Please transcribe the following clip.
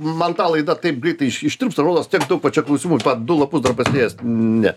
man ta laida taip greitai iš ištirpsta rodos tiek daug va čia klausimų va du lapus dar pasidėjęs ne